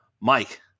Mike